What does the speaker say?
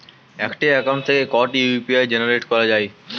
একটি অ্যাকাউন্ট থেকে কটি ইউ.পি.আই জেনারেট করা যায়?